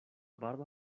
barba